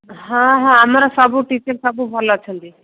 ହଁ ହଁ ଆମର ସବୁ ଟିଚର୍ ସବୁ ଭଲ ଅଛନ୍ତି